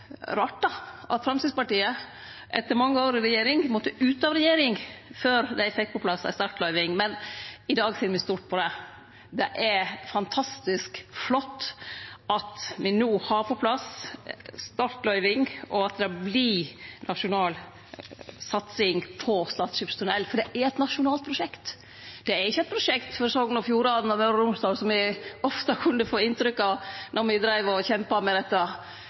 at Framstegspartiet etter mange år i regjering måtte ut av regjering før dei fekk på plass ei startløyving, men i dag ser me stort på det. Det er fantastisk flott at me no har fått på plass ei startløyving, og at det vert nasjonal satsing på Stad skipstunnel – for det er eit nasjonalt prosjekt. Det er ikkje eit prosjekt for Sogn og Fjordane og Møre og Romsdal, som me ofte kunne få inntrykk av når me dreiv og kjempa for dette.